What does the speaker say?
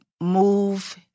move